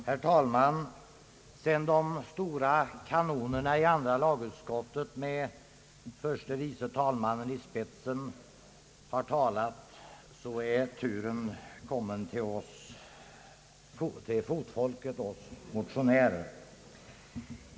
Herr talman! Sedan de stora kanonerna i andra lagutskottet med förste vice talmannen i spetsen har talat är turen kommen till oss — fotfolket och motionärerna.